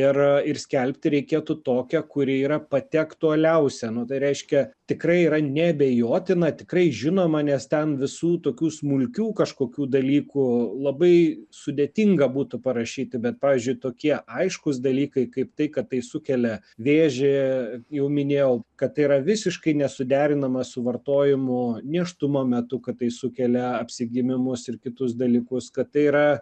ir ir skelbti reikėtų tokią kuri yra pati aktualiausia nu tai reiškia tikrai yra neabejotina tikrai žinoma nes ten visų tokių smulkių kažkokių dalykų labai sudėtinga būtų parašyti bet pavyzdžiui tokie aiškūs dalykai kaip tai kad tai sukelia vėžį jau minėjau kad tai yra visiškai nesuderinama su vartojimu nėštumo metu kad tai sukelia apsigimimus ir kitus dalykus kad tai yra